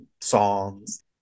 songs